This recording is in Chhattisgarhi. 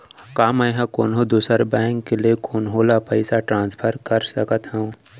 का मै हा कोनहो दुसर बैंक ले कोनहो ला पईसा ट्रांसफर कर सकत हव?